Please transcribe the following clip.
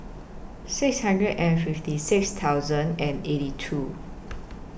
six hundred and fifty six thousand and eighty two